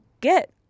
get